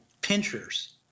pinchers